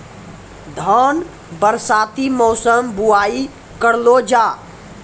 धान बरसाती मौसम बुवाई करलो जा?